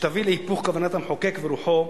שתביא להיפוך כוונת המחוקק ורוחו,